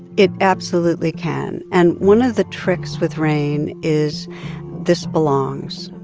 it absolutely can. and one of the tricks with rain is this belongs.